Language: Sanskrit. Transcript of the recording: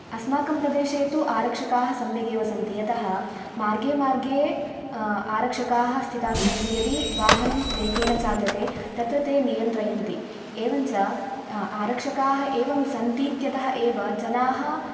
अस्माकं प्रदेशे तु आरक्षकाः सम्यगेव सन्ति यतः मार्गे मार्गे आरक्षकाः स्थिताः सन्ति यदि वाहनं वेगेन चाल्यते तत्र ते नियन्त्रयन्ति एवं च आरक्षकाः एवं सन्तीत्यतः एव जनाः